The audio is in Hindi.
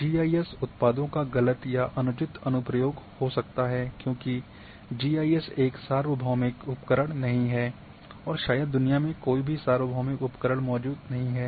जीआईएस उत्पादों का गलत या अनुचित अनुप्रयोग हो सकता है क्योंकि जीआईएस एक सार्वभौमिक उपकरण नहीं है और शायद दुनिया में कोई भी सार्वभौमिक उपकरण मौजूद नहीं है